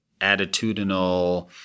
attitudinal